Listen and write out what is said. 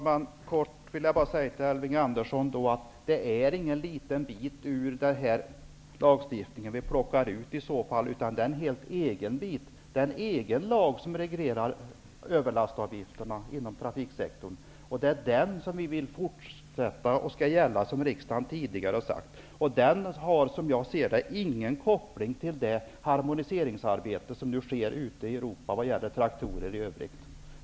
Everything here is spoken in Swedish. Fru talman! Låt mig bara säga kort till Elving Andersson att vi inte plockar ut någon liten bit ur lagstiftningen. Det är en helt egen bit. Det är en egen lag som reglerar överlastavgifterna inom trafiksektorn. Det är den som vi vill skall fortsätta att gälla. Det har riksdagen sagt tidigare. Den har ingen koppling till det harmoniseringsarbete som nu sker ute i Europa när det gäller traktorer. Fru talman!